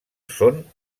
són